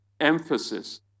emphasis